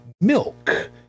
milk